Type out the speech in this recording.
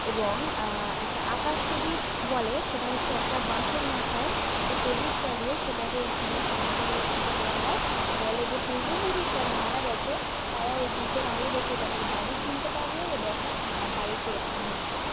এবং একটা আকাশ প্রদীপ বলে সেটা হচ্ছে একটা বাঁশের মাথায় একটা প্রদীপ জ্বালিয়ে সেটাকে উঠোনে খাড়া করে পুঁতে দেওয়া হয় বলে যে পূর্বপুরুষ যারা মারা গেছে তারা ওই দীপের আলো দেখে তাদের বাড়ি চিনতে পারবে এবং বাড়িতে আসবে